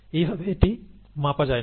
এইভাবে এটি মাপা যায় না